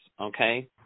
okay